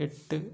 എട്ട്